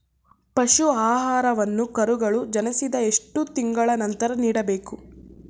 ಪಶು ಆಹಾರವನ್ನು ಕರುಗಳು ಜನಿಸಿದ ಎಷ್ಟು ತಿಂಗಳ ನಂತರ ನೀಡಬೇಕು?